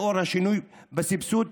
לאור השינוי בסבסוד,